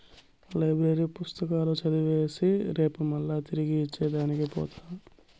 library పుస్తకాలు చదివేసి రేపు మల్లా తిరిగి ఇచ్చే దానికి పోత